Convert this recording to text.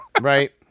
Right